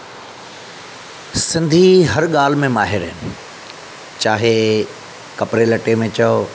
सिंधी हर ॻाल्हि में माहिर आहिनि चाहे कपिड़े लटे में चओ